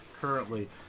currently